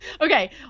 okay